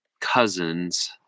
cousin's